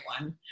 one